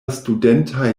studentaj